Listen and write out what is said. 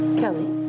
kelly